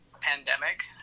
pandemic